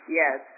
yes